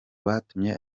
batumye